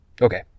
Okay